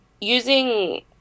using